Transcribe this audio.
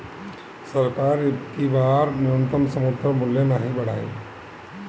सरकार अबकी बार न्यूनतम समर्थन मूल्य नाही बढ़ाई